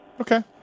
Okay